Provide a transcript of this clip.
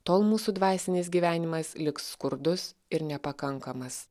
tol mūsų dvasinis gyvenimas liks skurdus ir nepakankamas